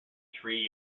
three